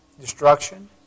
destruction